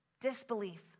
Disbelief